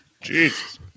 Jesus